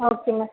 okay ma'am